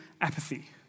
apathy